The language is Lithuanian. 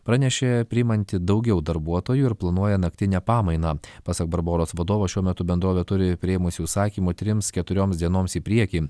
pranešė priimanti daugiau darbuotojų ir planuoja naktinę pamainą pasak barboros vadovo šiuo metu bendrovė turi priėmusi užsakymų trims keturioms dienoms į priekį